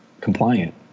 compliant